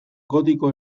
gotiko